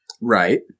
Right